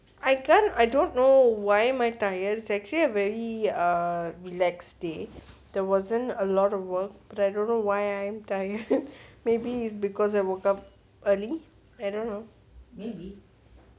I can't I don't know why am I tired it's actually a very relax day there wasn't a lot of work but I don't know why I'm tired maybe is because I woke up early I don't know